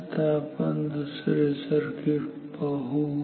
आता आपण दुसरे सर्किट पाहू